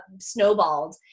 snowballed